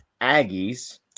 Aggies